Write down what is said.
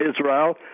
Israel